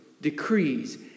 decrees